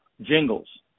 Jingles